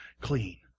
clean